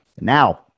Now